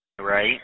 Right